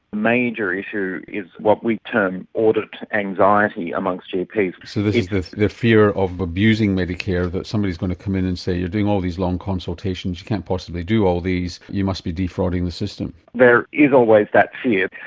major issue is what we term audit anxiety amongst gps. so this is the the fear of abusing medicare, that somebody's going to come in and say, you're doing all these long consultations. you can't possibly do all these. you must be defrauding the system. there is always that fear.